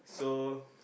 so